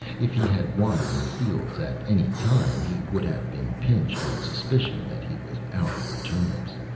if he had wandered in the fields at any time he would have been pinched on suspicion that he was out for turnips.